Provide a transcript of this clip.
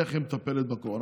איך היא מטפלת בקורונה.